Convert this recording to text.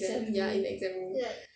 ya in the exam room